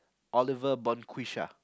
Oliver bon Quesha